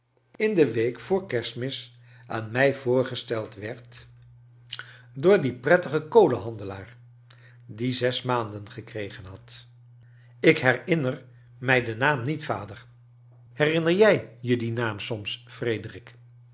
in de week voor kerstmis aan mij voorgesteld werd door dien prettigen kolenhandelaar die zes rnaanden gekregen had kleine dorrit ik herinner mij den naam niet vader herinner jij je dien naam soms frederik